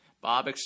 Bob